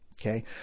Okay